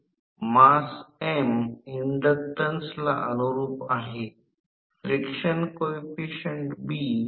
तर म्हणूनच ही सर्किट प्रत्यक्षात यांत्रिक उत्पादन आहे